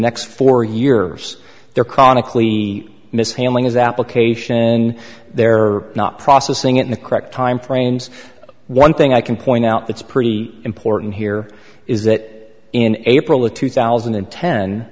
next four years there comically mishandling is application and there are not processing it in the correct timeframes one thing i can point out that's pretty important here is that in april of two thousand and ten